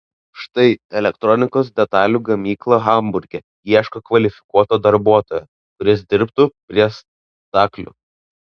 štai elektronikos detalių gamykla hamburge ieško kvalifikuoto darbuotojo kuris dirbtų prie staklių